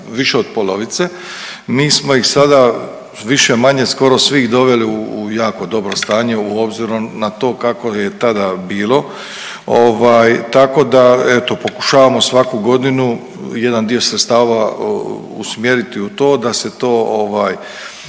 više od polovice. Mi smo ih sada više-manje skoro svih doveli u jako dobro stanje obzirom na to kako je tada bilo, tako da eto pokušavamo svaku godinu jedan dio sredstava usmjeriti u to da se to ovaj